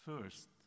first